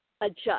adjust